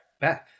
Beth